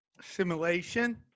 simulation